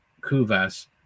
kuvas